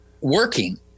working